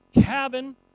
cabin